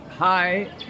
Hi